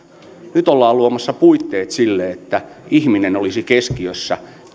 nyt ollaan luomassa puitteet sille että ihminen olisi keskiössä